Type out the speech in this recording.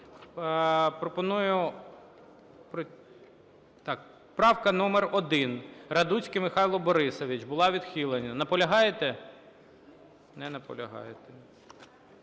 Пропоную… Правка номер 1, Радуцький Михайло Борисович. Була відхилена. Наполягаєте? Не наполягаєте.